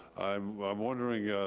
i'm i'm wondering,